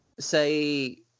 say